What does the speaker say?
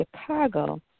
Chicago